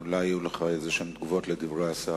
אולי יהיו לך תגובות כלשהן על דברי השר.